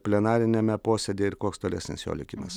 plenariniame posėdyje ir koks tolesnis jo likimas